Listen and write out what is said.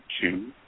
two